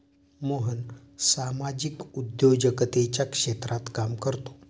मोहन सामाजिक उद्योजकतेच्या क्षेत्रात काम करतो